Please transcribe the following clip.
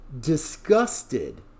disgusted